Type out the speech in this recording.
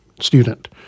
student